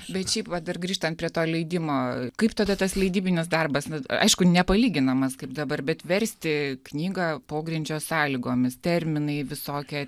bet šiaip va dar grįžtant prie to leidimo kaip tada tas leidybinis darbas aišku nepalyginamas kaip dabar bet versti knygą pogrindžio sąlygomis terminai visokie